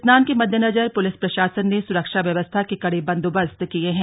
स्नान के मद्देनजर पुलिस प्रशासन ने सुरक्षा व्यवस्था के कड़े बंदोबस्त किये हैं